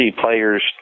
players